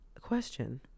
question